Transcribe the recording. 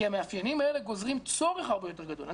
כי המאפיינים האלה גוזרים צורך הרבה יותר גדול.